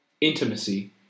intimacy